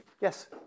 Yes